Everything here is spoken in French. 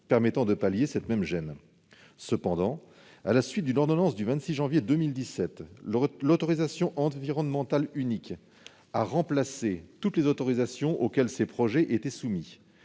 permettant de pallier cette gêne. Mais, à la suite d'une ordonnance du 26 janvier 2017, l'autorisation environnementale unique a remplacé toutes les autorisations auxquelles ces projets étaient soumis.